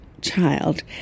child